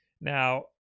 Now